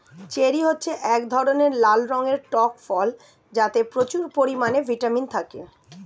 cherry হচ্ছে এক ধরনের লাল রঙের টক ফল যাতে প্রচুর পরিমাণে ভিটামিন থাকে